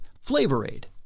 Flavor-Aid